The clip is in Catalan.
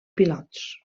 pilots